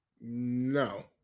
no